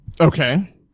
Okay